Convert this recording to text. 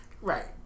Right